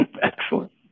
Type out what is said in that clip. Excellent